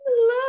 love